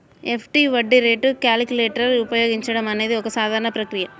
FD వడ్డీ rate calculator ఉపయోగించడం అనేది ఒక సాధారణ ప్రక్రియ